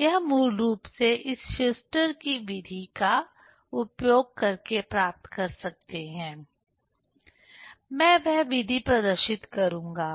यह मूल रूप से इस शस्टर की विधि Schuster's method का उपयोग करके प्राप्त कर सकते है मैं वह विधि प्रदर्शित करूँगा